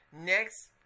Next